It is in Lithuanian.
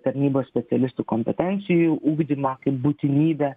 tarnybos specialistų kompetencijų ugdymą kaip būtinybę